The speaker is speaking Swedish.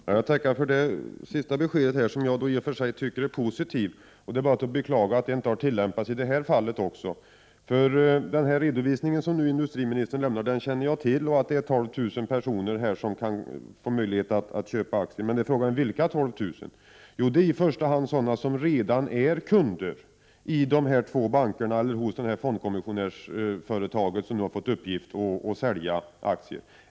Herr talman! Jag tackar för det beskedet, som i och för sig är positivt. Det är bara att beklaga att lottning inte har tillämpats i detta fall. Den redovisning industriministern nu lämnar känner jag till, dvs. att det är 12 000 personer som får möjlighet att köpa aktier. Men vilka 12 000 personer är det fråga om? Jo, det är i första hand de som redan är kunder i de två banker eller hos det fondkommissionärsföretag som har fått i uppgift att sälja aktier.